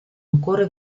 ancora